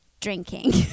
drinking